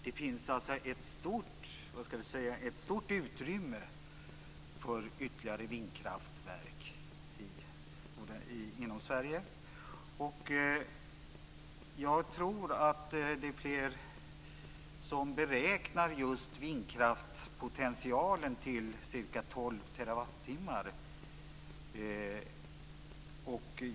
Det finns säkert ett stort utrymme för ytterligare vindkraftverk i Sverige. Jag tror att det är fler som beräknar vindkraftspotentialen till ca 12 TWh.